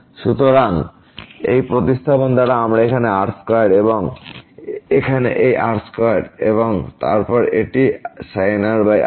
সুতরাং এই প্রতিস্থাপন দ্বারা আমরা এখানে r2 এবং এখানে এই r2 এবং তারপর এটি sin r r